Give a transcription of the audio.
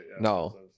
No